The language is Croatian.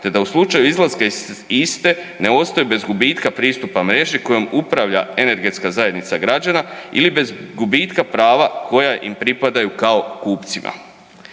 te da u slučaju izlaska iz iste ne ostaju bez gubitka pristupa mreži kojom upravlja energetska zajednica građana ili bez gubitka prva koja im pripadaju kao kupcima.